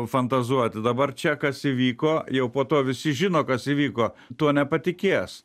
fantazuoti dabar čia kas įvyko jau po to visi žino kas įvyko tuo nepatikės